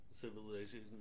Civilizations